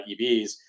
EVs